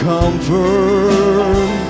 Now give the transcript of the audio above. comfort